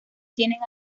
tienen